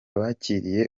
bakiriye